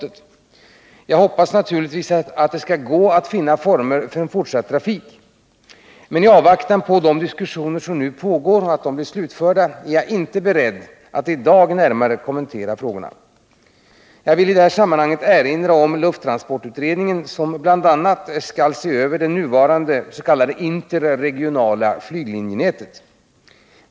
Det är min förhoppning att det skall gå att finna former för en fortsatt trafik. I avvaktan på att de pågående diskussionerna slutförs är jag inte beredd att i dag närmare kommentera frågorna. I sammanhanget vill jag erinra om lufttransportutredningen, som bl.a. har till uppgift att se över det nuvarande interregionala flyglinjenätet.